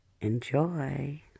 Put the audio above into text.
Enjoy